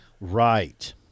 Right